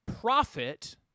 profit